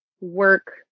work